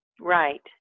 Right